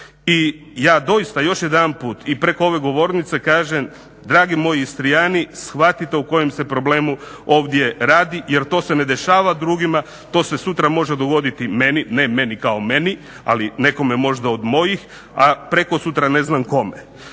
I ja doista još jedanput i preko ove govornice kažem dragi moji istrijani shvatite o kojem se problemu ovdje radi jer to se ne dešava drugima, to se sutra može dogoditi meni, ne meni kao meni, ali nekome možda od mojih, a prekosutra ne znam kome.